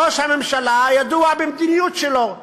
ראש הממשלה ידוע במדיניות שלו.